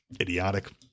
idiotic